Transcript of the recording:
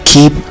Keep